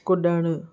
कुॾणु